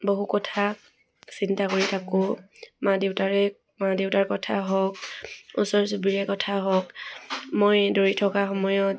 বহু কথা চিন্তা কৰি থাকোঁ মা দেউতাৰে মা দেউতাৰ কথা হওক ওচৰ চুবুৰীয়াৰ কথা হওক মই দৌৰি থকা সময়ত